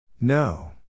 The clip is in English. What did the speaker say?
No